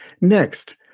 Next